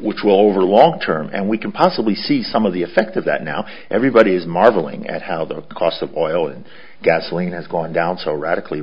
which will over the long term and we can possibly see some of the effects of that now everybody is marveling at how the cost of oil and gasoline has gone down so radically